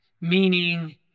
meaning